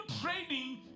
trading